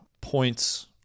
points